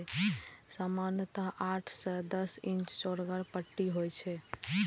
सामान्यतः आठ सं दस इंच चौड़गर पट्टी होइ छै